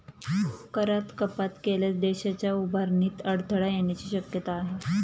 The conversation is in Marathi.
करात कपात केल्यास देशाच्या उभारणीत अडथळा येण्याची शक्यता आहे